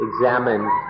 examined